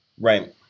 Right